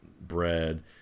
bread